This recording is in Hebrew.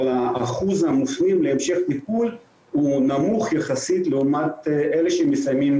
אבל אחוז המופנים להמשך טיפול הוא נמוך יחסית לעומת אלה שמסיימים